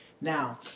Now